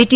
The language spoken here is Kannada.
ಟಿ